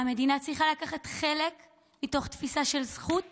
המדינה צריכה לקחת בה חלק מתוך תפיסה של זכות